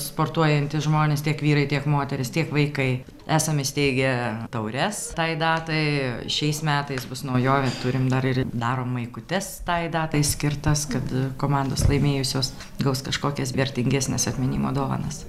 sportuojantys žmonės tiek vyrai tiek moterys tiek vaikai esam įsteigę taures tai datai šiais metais bus naujovė turim dar ir darom maikutes tai datai skirtas kad komandos laimėjusios gaus kažkokias vertingesnes atminimo dovanas